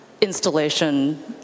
installation